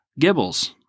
Gibbles